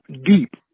deep